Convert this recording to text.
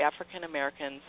African-Americans